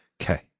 Okay